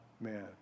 man